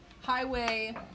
highway